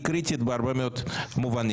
היא קריטית בהרבה מאוד מובנים,